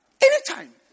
Anytime